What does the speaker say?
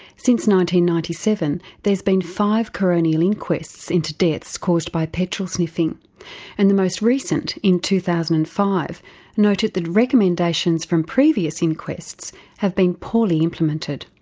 ninety ninety seven there's been five coronial inquests into deaths caused by petrol sniffing and the most recent in two thousand and five noted that recommendations from previous inquests have been poorly implemented.